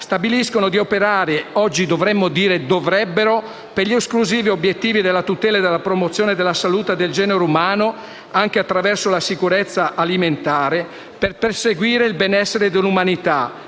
stabiliscono di operare - oggi dobbiamo dire «dovrebbero» - per gli esclusivi obiettivi della tutela e della promozione della salute del genere umano, anche attraverso la sicurezza alimentare, per perseguire il benessere dell'umanità,